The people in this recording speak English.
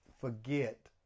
forget